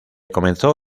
comenzó